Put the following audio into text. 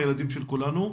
הילדים של כולנו.